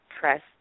press